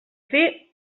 fer